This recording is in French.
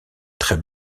très